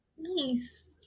Nice